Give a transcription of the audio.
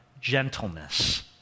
gentleness